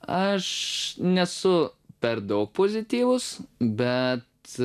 aš nesu per daug pozityvus bet